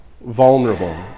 vulnerable